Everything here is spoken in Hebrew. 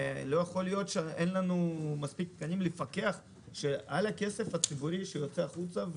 ולא יכול להיות שאין לנו מספיק תקנים לפקח על הכסף הציבורי שיוצא החוצה.